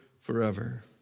forever